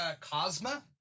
cosma